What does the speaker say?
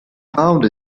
found